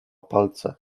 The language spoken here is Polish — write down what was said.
palce